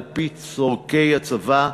על-פי צורכי הצבא,